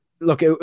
look